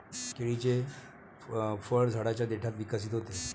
केळीचे फळ झाडाच्या देठात विकसित होते